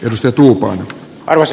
jos etujoukon paras